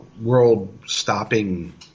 world-stopping